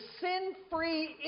sin-free